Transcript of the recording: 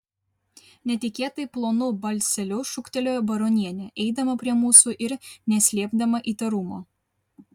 netikėtai plonu balseliu šūktelėjo baronienė eidama prie mūsų ir neslėpdama įtarumo